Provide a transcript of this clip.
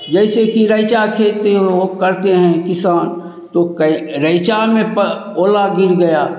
जैसे कि रैंचा खेती करते हैं किसान तो रैंचा में ओला गिर गया